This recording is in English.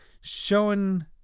Showing